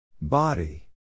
Body